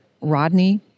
Rodney